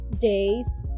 days